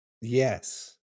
Yes